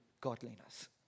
godliness